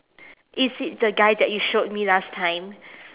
is it the guy that you showed me last time